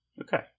Okay